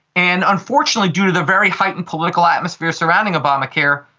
and unfortunately due to the very heightened political atmosphere surrounding obamacare,